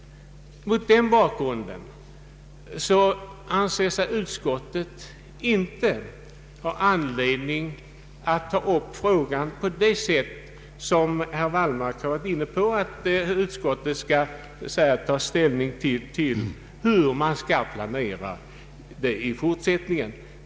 Mot den bakgrunden anser sig utskottet inte ha anledning att ta upp frågan på det sätt som herr Wallmark önskar, dvs. att utskottet skall ta ställning till hur planeringen bör ske i fortsättningen.